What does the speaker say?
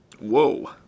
Whoa